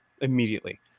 immediately